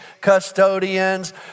custodians